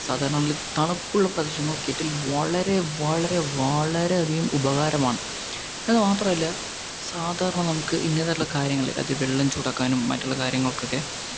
സാധാരണ നമ്മള് തണുപ്പ് പ്രദേശങ്ങളിൽ കെറ്റിൽ വളരെ വളരെ വളരെയധികം ഉപയോഗകരമാണ് ഇത് മാത്രമല്ല സാധാരണ നമുക്ക് ഇങ്ങനയായിട്ടുള്ള കാര്യങ്ങളില് അതായത് വെള്ളം ചൂടാക്കാൻ മറ്റുള്ള കാര്യങ്ങൾക്കൊക്കെ